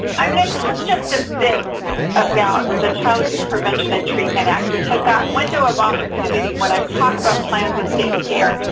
i'm going to talk just a bit about the child abuse prevention and treatment act because that window of opportunity, when i talk about plans of safe care,